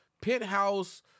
penthouse